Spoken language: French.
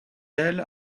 elle